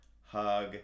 hug